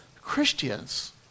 christians